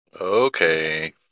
Okay